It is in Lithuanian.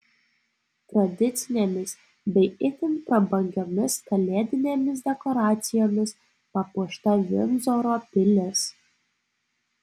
tradicinėmis bei itin prabangiomis kalėdinėmis dekoracijomis papuošta vindzoro pilis